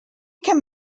can